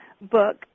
book